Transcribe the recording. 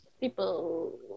people